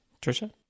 trisha